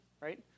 right